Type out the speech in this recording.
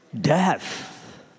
death